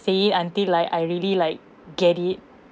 say until like I really like get it